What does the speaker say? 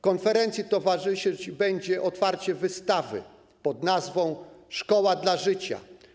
Konferencji towarzyszyć będzie otwarcie wystawy pn. ˝Szkoła dla życia˝